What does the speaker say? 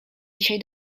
dzisiaj